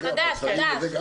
חדש,